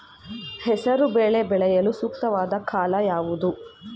ಹೆಸರು ಬೇಳೆ ಬೆಳೆಯಲು ಸೂಕ್ತವಾದ ಕಾಲ ಯಾವುದು?